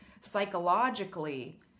psychologically